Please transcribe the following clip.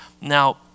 now